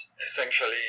essentially